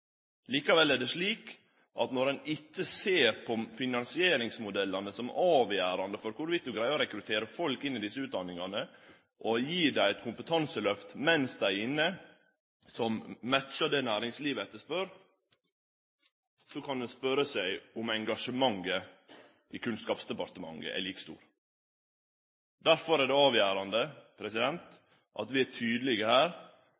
Likevel er det slik at når ein ikkje ser på finansieringsmodellane, som er avgjerande for om ein greier å rekruttere folk inn i desse utdanningane, og gjev dei eit kompetanselyft mens dei er inne som matchar det næringslivet etterspør, så kan ein spørje seg om engasjementet i Kunnskapsdepartementet er like stort. Derfor er det avgjerande at vi er tydelege her